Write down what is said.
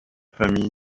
famille